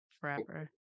forever